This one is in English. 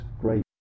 great